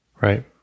Right